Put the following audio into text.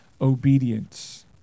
obedience